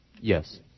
Yes